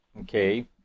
Okay